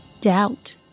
doubt